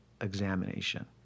examination